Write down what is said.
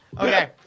Okay